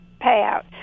payout